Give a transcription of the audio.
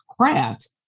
craft